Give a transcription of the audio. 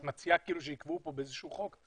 את מציעה כאילו שיקבעו פה באיזה שהוא חוק